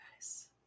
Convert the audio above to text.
guys